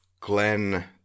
Glenn